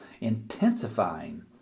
intensifying